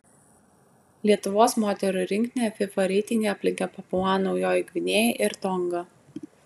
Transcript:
lietuvos moterų rinktinę fifa reitinge aplenkė papua naujoji gvinėja ir tonga